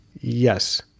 yes